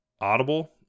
Audible